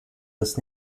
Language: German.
das